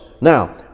Now